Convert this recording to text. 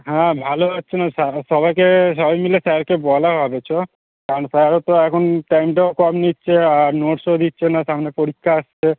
হ্যাঁ ভালো হচ্ছে না সবাইকে সবাই মিলে স্যারকে বলা হবে চ কারণ স্যারও তো এখন টাইমটাও কম নিচ্ছে আর নোটসও দিচ্ছে না সামনে পরীক্ষা আসছে